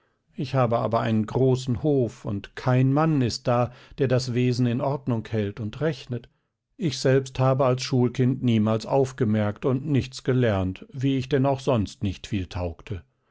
ich habe aber einen großen hof und kein mann ist da der das wesen in ordnung hält und rechnet ich selbst habe als schulkind niemals aufgemerkt und nichts gelernt wie ich denn auch sonst nicht viel taugte